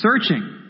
Searching